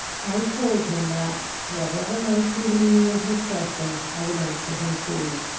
i told him that, whatever might be the meaning of his question, i would answer him truly.